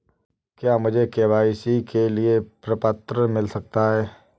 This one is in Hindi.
क्या मुझे के.वाई.सी के लिए प्रपत्र मिल सकता है?